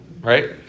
right